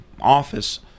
office